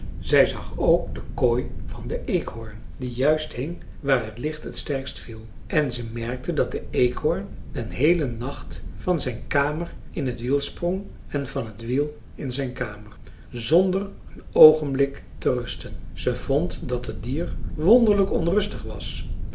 zij zag ook de kooi van den eekhoorn die juist hing waar t licht het sterkste viel en ze merkte dat de eekhoorn den heelen nacht van zijn kamer in het wiel sprong en van t wiel in zijn kamer zonder een oogenblik te rusten ze vond dat het dier wonderlijk onrustig was